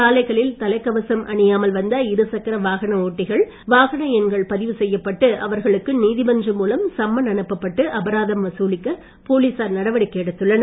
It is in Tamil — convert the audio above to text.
சாலைகளில் தலைக்கவசம் அணியாமல் வந்த இருசக்கர வாகன ஓட்டிகளின் வாகன எண்கள் பதிவு செய்யப்பட்டு அவர்களுக்கு நீதிமன்றம் மூலம் சம்மன் அனுப்பப்பட்டு அபராதம் வசூலிக்க போலீசார் நடவடிக்கை எடுத்துள்ளனர்